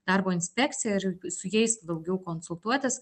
darbo inspekciją ir su jais daugiau konsultuotis